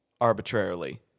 arbitrarily